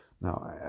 Now